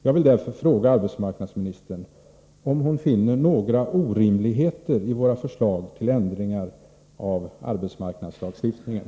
Jag vill därför fråga arbetsmarknadsministern om hon finner några orimligheter i våra förslag till ändringar av arbetsmarknadslagstiftningen.